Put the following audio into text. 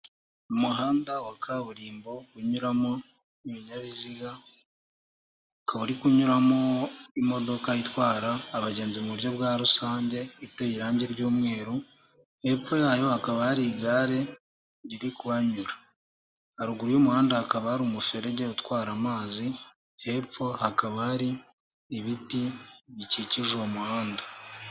Umuhanda wa kaburimbo unyuramo ibinyabiziga, ukaba uri kunyuramo imodoka itwara abagenzi mu buryo bwa rusange iteye irangi ry'umweru, hepfo yayo hakaba hari igare riri kuhanyura, haruguru y'umuhanda hakaba hari umuferege utwara amazi, hepfo hakaba hari ibiti bikikije umuhanda.